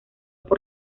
por